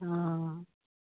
অঁ